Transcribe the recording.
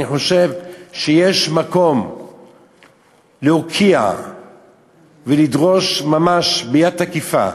אני חושב שיש מקום להוקיע ולדרוש ממש ביד תקיפה,